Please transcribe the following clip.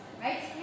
right